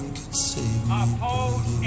oppose